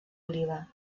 oliva